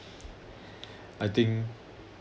I think